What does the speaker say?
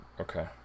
okay